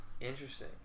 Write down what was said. Interesting